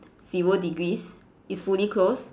zero degrees is fully closed